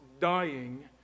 dying